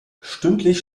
stündlich